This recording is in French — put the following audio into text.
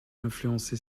influencé